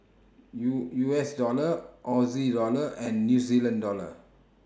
U U S Dollar Au Dollar and New Zeland Dollar